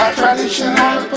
traditional